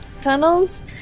tunnels